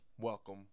welcome